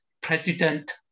president